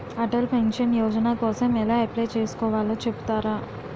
Atal pension Yojana కోసం ఎలా apply చేసుకోవాలో చెపుతారా?